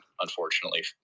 unfortunately